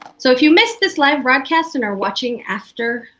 so if you miss this live broadcast and are watching after,